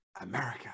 America